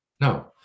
No